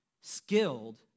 skilled